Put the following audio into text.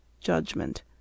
Judgment